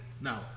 no